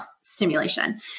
stimulation